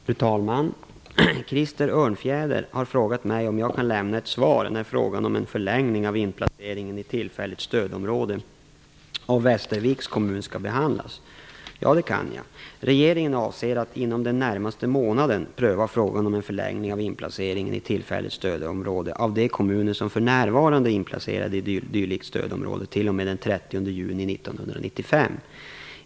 Fru talman! Krister Örnfjäder har frågat mig om jag kan lämna ett svar när frågan om en förlängning av inplaceringen i tillfälligt stödområde av Västerviks kommun skall behandlas. Ja, det kan jag. Regeringen avser att inom den närmaste månaden pröva frågan om en förlängning av inplaceringen i tillfälligt stödområde av de kommuner som för närvarande är inplacerade i dylikt stödområde t.o.m. den 30 juni 1995.